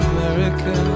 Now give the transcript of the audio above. America